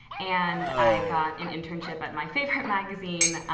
and i got an internship at my favorite magazine,